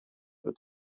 wird